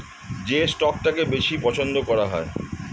যে স্টকটাকে বেশি পছন্দ করা হয়